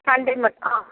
Sunday மட்டுமா